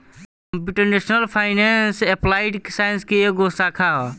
computational finance applied science के एगो शाखा ह